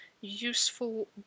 useful